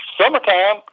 summertime